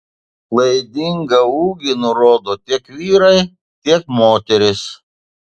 klaidingą ūgį nurodo tiek vyrai tiek moterys